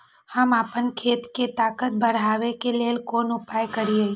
हम आपन खेत के ताकत बढ़ाय के लेल कोन उपाय करिए?